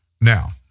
Now